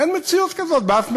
אין מציאות כזאת באף מדינה.